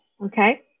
okay